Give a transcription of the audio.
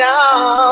now